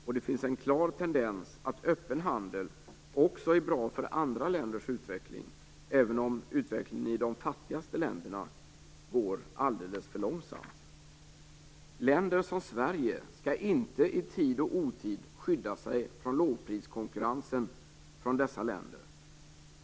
Och det finns en klar tendens som visar att öppen handel också är bra för andra länders utveckling, även om utvecklingen i de fattigaste länderna går alldeles för långsamt. Länder som Sverige skall inte i tid och otid skydda sig från lågpriskonkurrensen från dessa länder.